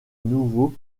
nouveau